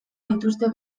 dituzte